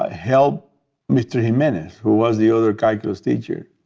ah helped mr. jimenez, who was the other calculus teacher,